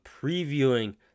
previewing